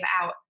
out